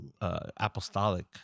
apostolic